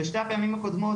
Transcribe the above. בשתי הפעמים הקודמות,